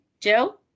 Joe